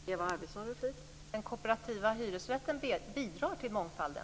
Fru talman! Den kooperativa hyresrätten bidrar till mångfalden.